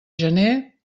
gener